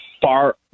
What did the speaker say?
far